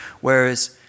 Whereas